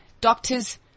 doctors